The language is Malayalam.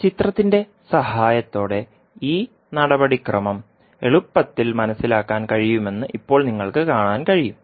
ചിത്രത്തിന്റെ സഹായത്തോടെ ഈ നടപടിക്രമം എളുപ്പത്തിൽ മനസിലാക്കാൻ കഴിയുമെന്ന് ഇപ്പോൾ നിങ്ങൾക്ക് കാണാൻ കഴിയും